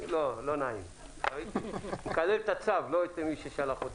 לא את מי ששלח אותו